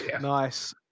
nice